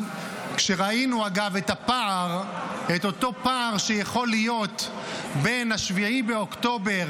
כשראינו את אותו פער שיכול להיות בין 7 באוקטובר